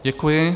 Děkuji.